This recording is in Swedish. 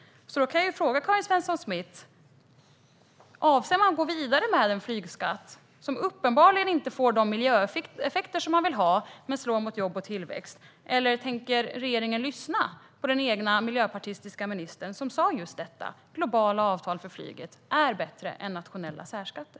Då kan jag fråga Karin Svensson Smith: Avser man att gå vidare med en flygskatt som uppenbarligen inte får de miljöeffekter som man vill ha men slår mot jobb och tillväxt? Eller tänker regeringen lyssna på sin egen miljöpartistiska minister som sagt just detta att globala avtal för flyget är bättre än nationella särskatter?